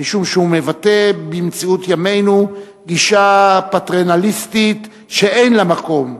משום שהוא מבטא במציאות ימינו גישה פטרנליסטית שאין לה מקום,